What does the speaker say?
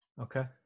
Okay